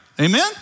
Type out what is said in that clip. Amen